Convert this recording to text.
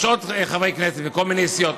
יש עוד חברי כנסת, מכל מיני סיעות.